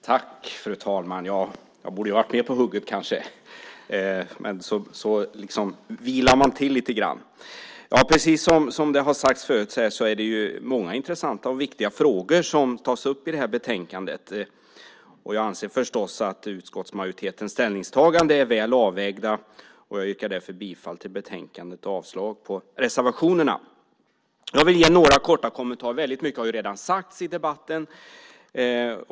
Fru talman! Jag borde kanske ha varit mer på hugget, men man vilar lätt till lite grann. Precis som det har sagts förut är det många intressanta och viktiga frågor som tas upp i betänkandet. Jag anser förstås att utskottsmajoritetens ställningstaganden är väl avvägda. Jag yrkar därför bifall till utskottets förslag och avslag på reservationerna. Jag vill ge några korta kommentarer. Mycket har redan sagts i debatten.